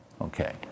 Okay